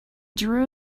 drew